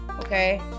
Okay